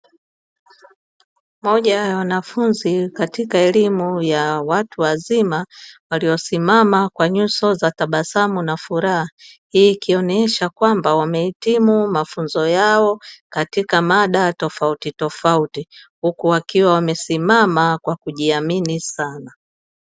Moja ya wanafunzi katika elimu ya watu wazima waliosimama kwa nyuso za tabasamu na furaha, hii ikionyesha kwamba wamehitimu mafunzo yao katika mada tofautitofauti, huku wakiwa wamesimama kwa kujiamini sana.